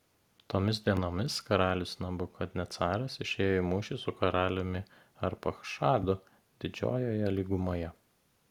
tomis dienomis karalius nebukadnecaras išėjo į mūšį su karaliumi arpachšadu didžiojoje lygumoje